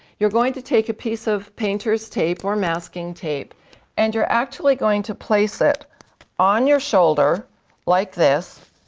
you're going to take a piece of painter's tape or masking tape and you're actually going to place it on your shoulder like this.